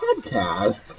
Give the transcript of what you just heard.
podcast